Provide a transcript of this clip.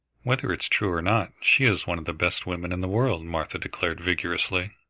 whether it's true or not, she is one of the best women in the world, martha declared vigorously.